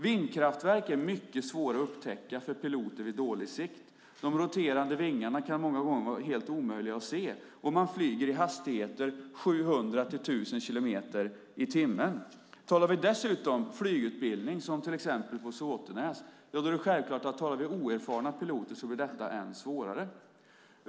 Vindkraftverk är mycket svåra att upptäcka för piloter i dålig sikt. De roterande vingarna kan många gånger vara helt omöjliga att se, och man flyger i hastigheter på 700 till 1 000 kilometer i timmen. Talar vi dessutom om flygutbildning, till exempel på Såtenäs, är det självklart att om det handlar om oerfarna piloter är detta än svårare.